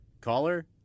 caller